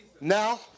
Now